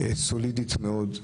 סולידית מאוד.